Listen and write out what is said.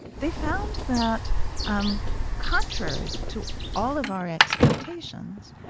they found that um contrary to all of our expectations,